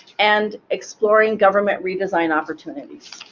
and exploring government redesign opportunities.